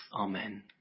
Amen